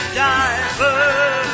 diver